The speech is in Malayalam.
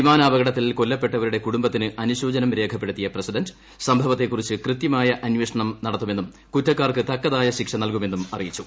വിമാനാപകടത്തിൽ കൊല്ലപ്പെട്ടവരുടെ കുടുംബത്തിന് ് അനുശോചനം രേഖപ്പെടുത്തിയ പ്രസിഡന്റ് സംഭവത്തെ കുറിച്ചു കൃത്യമായ അന്വേഷണം നടത്തുമെന്നും കുറ്റക്കാർക്ക് തക്കതായ ശിക്ഷ നൽകുമെന്നും അറിയിച്ചു